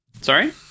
sorry